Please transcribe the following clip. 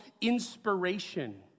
inspiration